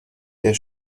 der